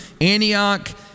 Antioch